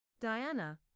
Diana